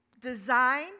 design